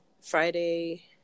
friday